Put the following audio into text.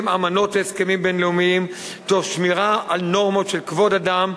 אמנות והסכמים בין-לאומיים תוך שמירה על נורמות של כבוד אדם,